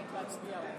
ב' להצביע.